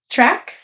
Track